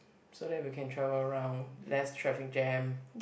so that we can travel around less traffic jam